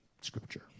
scripture